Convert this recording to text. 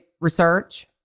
research